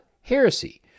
heresy